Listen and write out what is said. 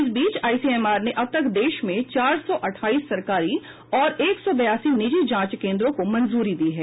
इस बीच आईसीएमआर ने अब तक देश में चार सौ अठाईस सरकारी और एक सौ बयासी निजी जांच केन्द्रों को मंजूरी दी है